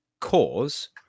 cause